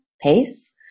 pace